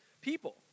people